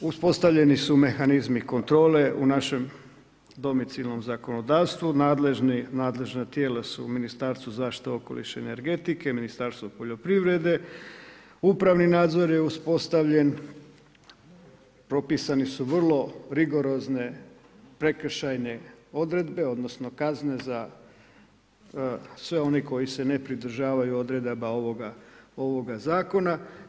Uspostavljeni su mehanizmi kontrole u našem domicilnom zakonodavstvu, nadležna tijela su u Ministarstvu zaštite okoliša i energetike, Ministarstvo poljoprivrede, upravni nadzor je uspostavljen, propisane su vrlo rigorozne, prekršajne odredbe, odnosno, kazne za sve one koji se ne pridržavaju odredaba ovoga zakona.